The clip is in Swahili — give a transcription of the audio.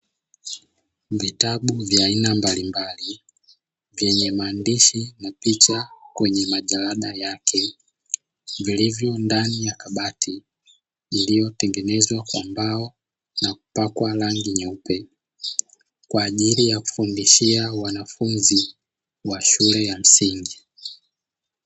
Vitabu vya aina mbalimbali, vyenye maandishi na picha kwenye majalada yake , vilivyo ndani ya kabati ,iliyotengenzwa kwa mbao na kupakwa rangi nyeupe, kwa ajili ya kufundishia wanafunzi wa shule ya msingi.